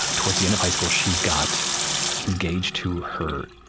ah towards the end of high school, she got engaged to her